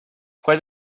fue